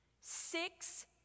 Six